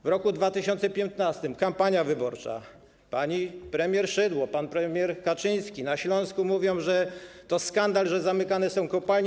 W roku 2015 kampania wyborcza - pani premier Szydło, pan premier Kaczyński na Śląsku mówią, że to skandal, że zamykane są kopalnie.